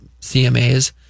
CMAs